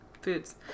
foods